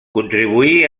contribuí